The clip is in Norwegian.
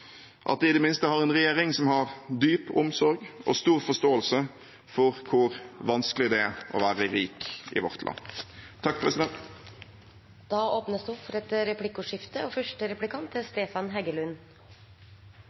at de i det minste har en regjering som har dyp omsorg og stor forståelse for hvor vanskelig det er å være rik i vårt land. Det blir replikkordskifte. Spørsmålet er om SV lenger har noe troverdighet i klimapolitikken. Da en stor avis presenterte en velgerundersøkelse for